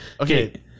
Okay